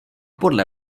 podle